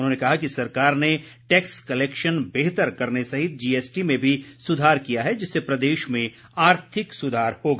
उन्होंने कहा कि सरकार ने टैक्स कलेक्शन बेहतर करने सहित जीएसटी में भी सुधार किया है जिससे प्रदेश में आर्थिक सुधार होगा